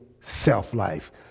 self-life